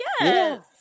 Yes